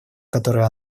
которые